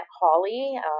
Holly